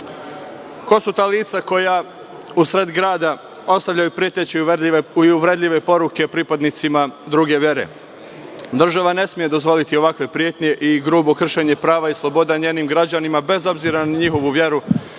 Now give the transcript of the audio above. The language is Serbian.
su ta lica koja u sred grada ostavljaju preteće i uvredljive poruke pripadnicima druge vere? Država ne sme dozvoliti ovakve pretnje i grubo kršenje prava i sloboda njenih građana, bez obzira na njihovu veru